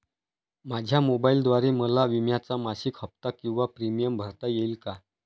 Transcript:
माझ्या मोबाईलद्वारे मला विम्याचा मासिक हफ्ता किंवा प्रीमियम भरता येईल का?